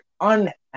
unhappy